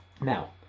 Now